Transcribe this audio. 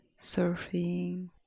surfing